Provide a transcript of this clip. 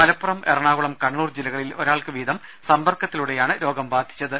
മലപ്പുറം എറണാകുളം കണ്ണൂർ ജില്ലകളിൽ ഒരാൾക്ക് വീതം സമ്പർക്കത്തിലൂടെയാണ് രോഗം ബാധിച്ചത്